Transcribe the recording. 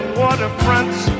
waterfronts